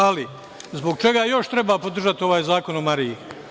Ali, zbog čega još treba podržati ovaj zakon o Mariji?